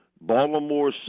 Baltimore